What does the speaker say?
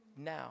now